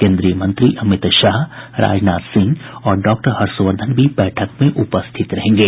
केंद्रीय मंत्री अमित शाह राजनाथ सिंह और डॉक्टर हर्षवर्द्धन भी बैठक में उपस्थित रहेंगे